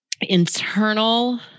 internal